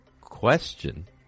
question